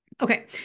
okay